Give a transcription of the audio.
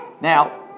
Now